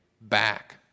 back